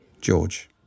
George